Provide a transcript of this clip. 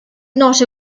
not